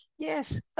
Yes